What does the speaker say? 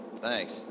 Thanks